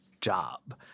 job